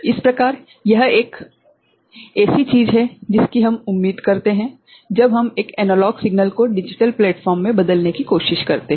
इस प्रकार यह एक ऐसी चीज है जिसकी हम उम्मीद करते हैं जब हम एक एनालॉग सिग्नल को डिजिटल प्लेटफ़ॉर्म में बदलने की कोशिश करते हैं